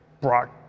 brock